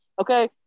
okay